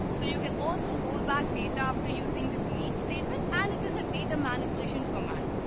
so you can also roll back data after using the delete statement and it is a data manipulation command.